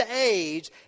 age